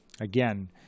again